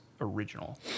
original